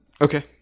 Okay